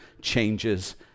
changes